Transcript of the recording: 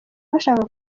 bashaka